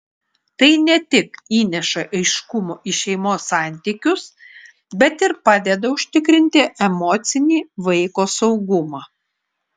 tai ne tik įneša aiškumo į šeimos santykius bet ir padeda užtikrinti emocinį vaiko saugumą